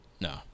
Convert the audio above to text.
No